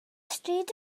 stryd